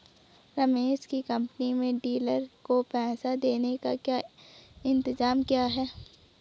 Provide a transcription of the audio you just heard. रमेश की कंपनी में डीलर को पैसा देने का क्या इंतजाम किया है?